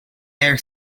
air